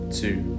two